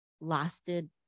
lasted